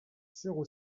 zéro